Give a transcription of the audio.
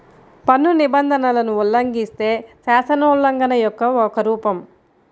పన్ను నిబంధనలను ఉల్లంఘిస్తే, శాసనోల్లంఘన యొక్క ఒక రూపం